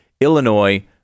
illinois